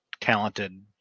talented